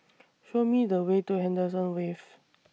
Show Me The Way to Henderson Wave